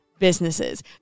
businesses